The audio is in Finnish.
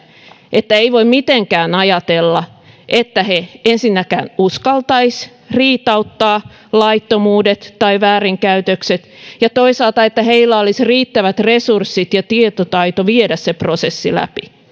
että ei voi mitenkään ajatella että he ensinnäkään uskaltaisivat riitauttaa laittomuudet tai väärinkäytökset ja että toisaalta heillä olisi riittävät resurssit ja tietotaito viedä se prosessi läpi